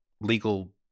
legal